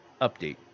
update